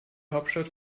hauptstadt